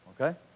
Okay